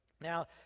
Now